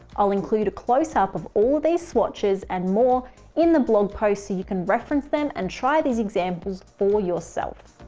i'll include a close up of all these swatches and more in the blog post so you can reference them and try these examples for yourself.